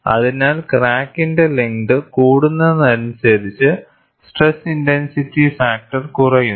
അതിനാൽ ക്രാക്കിന്റെ ലെങ്ത് കൂടുന്നതിനനുസരിച്ച് സ്ട്രെസ് ഇൻടെൻസിറ്റി ഫാക്ടർ കുറയുന്നു